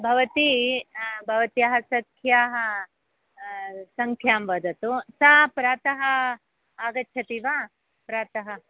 भवती भवत्याः सख्याः सङ्ख्यां वदतु सा प्रातः आगच्छति वा प्रातः